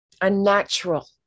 Unnatural